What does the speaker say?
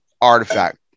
artifact